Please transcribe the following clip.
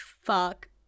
fuck